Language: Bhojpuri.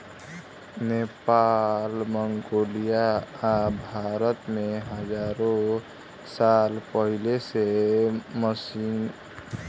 नेपाल, मंगोलिया आ भारत में हजारो साल पहिले से पश्मीना ऊन के उत्पादन होला